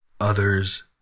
others